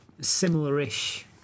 Similar-ish